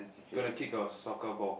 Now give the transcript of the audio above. gonna kick a soccer ball